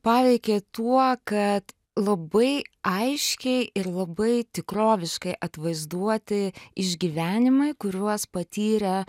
paveikė tuo kad labai aiškiai ir labai tikroviškai atvaizduoti išgyvenimai kuriuos patyrę